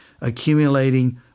accumulating